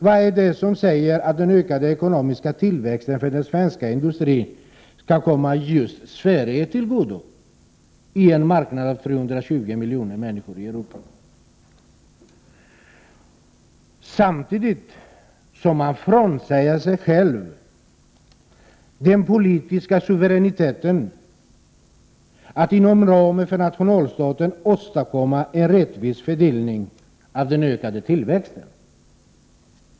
Vad är det som säger att den ökade ekonomiska tillväxten för den svenska industrin skall komma just Sverige till godo på en marknad i Europa som omfattar 320 miljoner människor, samtidigt som man frånsäger sig den politiska suveräniteten, att inom ramen för nationalstaten åstadkomma en rättvis fördelning av den ökade tillväxten?